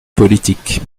politique